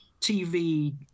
TV